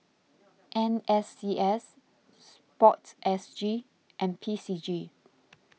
N S C S Sport S G and P C G